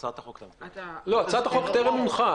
התזכיר הופץ,